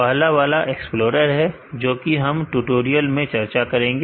पहला वाला एक्सप्लोरर है जो कि हम टुटोरिअल में चर्चा करेंगे